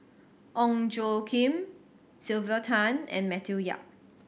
Ong Tjoe Kim Sylvia Tan and Matthew Yap